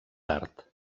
tard